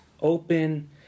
open